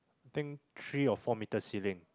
think three or four meter ceiling